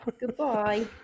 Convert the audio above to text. Goodbye